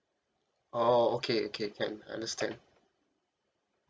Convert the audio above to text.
oh okay okay can understand